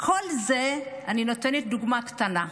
בכל זה אני נותנת דוגמה קטנה.